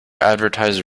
advertise